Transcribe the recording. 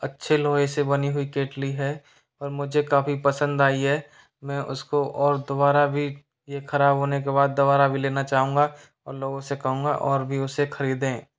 अच्छे लोहे से बनी हुई केटली है और मुझे काफ़ी पसंद आई है मैं उसको और दोबारा भी ये खराब होने के बाद दोबारा भी लेना चाहूंगा और लोगों से कहूंगा और भी उसे खरीदें